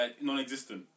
non-existent